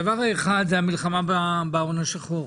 הדבר האחד הוא המלחמה בהון השחור.